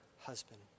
husband